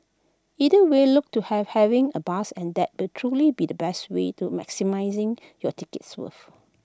either way look to have having A blast and that will truly be the best way to maximising your ticket's worth